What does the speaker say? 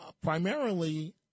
primarily